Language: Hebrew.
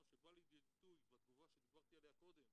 שבאה לידי ביטוי בתגובה שדיברתי עליה קודם,